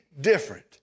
different